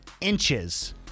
inches